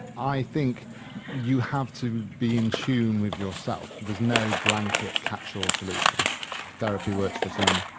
i think you have to be in tune with yourself. there's no blanket catch-all solution therapy works for some,